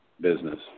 business